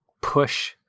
push